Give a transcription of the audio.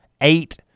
eight